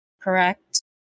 correct